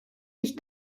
ich